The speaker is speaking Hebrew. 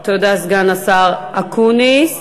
תודה, סגן השר אקוניס.